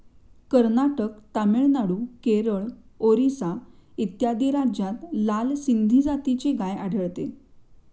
कर्नाटक, तामिळनाडू, केरळ, ओरिसा इत्यादी राज्यांत लाल सिंधी जातीची गाय आढळते